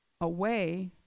away